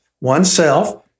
oneself